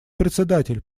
председатель